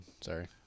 Sorry